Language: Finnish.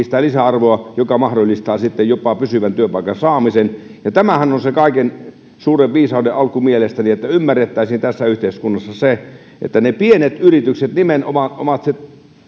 sitä lisäarvoa joka mahdollistaa sitten jopa pysyvän työpaikan saamisen tämähän on se kaiken suuren viisauden alku mielestäni että ymmärrettäisiin tässä yhteiskunnassa se että ne pienet yritykset nimenomaan ovat se